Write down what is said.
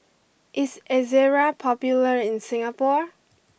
is Ezerra popular in Singapore